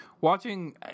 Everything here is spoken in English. Watching